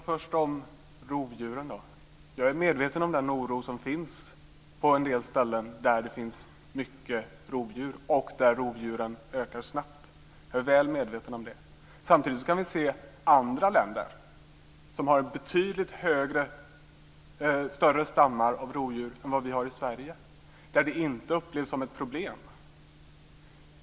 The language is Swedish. Fru talman! Jag ska först ta upp rovdjuren. Jag är väl medveten om den oro som finns på en del ställen där det finns många rovdjur och där de ökar snabbt. Samtidigt kan vi i andra länder som har betydligt större stammar av rovdjur än vi har i Sverige se att man där inte upplever det som ett problem.